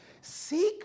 Seek